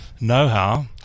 know-how